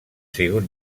sigut